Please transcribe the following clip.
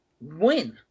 win